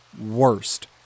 worst